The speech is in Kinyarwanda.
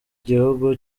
gihugu